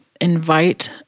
invite